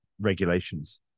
regulations